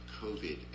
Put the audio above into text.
COVID